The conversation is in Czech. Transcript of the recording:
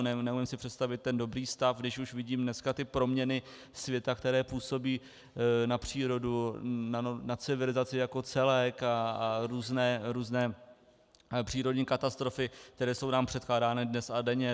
Neumím si představit ten dobrý stav, když už vidím dneska ty proměny světa, které působí na přírodu, na civilizaci jako celek a různé přírodní katastrofy, které jsou nám předkládány dnes a denně.